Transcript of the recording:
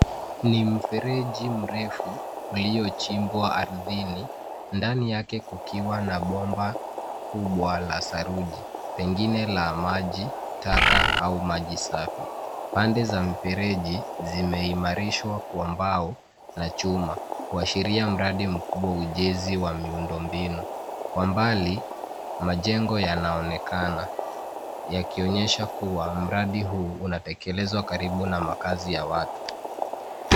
Ni mfereji mrefu uliochimbwa ardhini, ndani yake kukiwa na bomba kubwa la saruji, pengine la maji taka au maji safi. Pande za mfereji zimeimarishwa kwa mbao na chuma, kuashiria mradi mkubwa wa ujenzi wa miundo mbinu. Kwa mbali, majengo yanaonekana yakionyesha kuwa mradi huu unatekelezwa karibu na makazi ya watu.